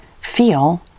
feel